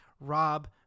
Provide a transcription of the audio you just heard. rob